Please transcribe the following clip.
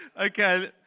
Okay